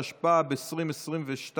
התשפ"ב 2022,